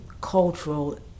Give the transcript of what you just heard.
cultural